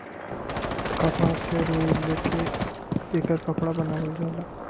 कपास से रुई ले के एकर कपड़ा बनावल जाला